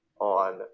on